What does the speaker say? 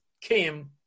came